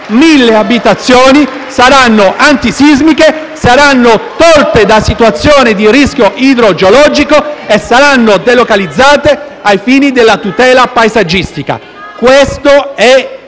mille abitazioni saranno antisismiche, saranno tolte da situazioni di rischio idrogeologico e saranno delocalizzate ai fini della tutela paesaggistica. Questa è